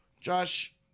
josh